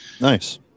Nice